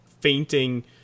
fainting